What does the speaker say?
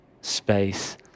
space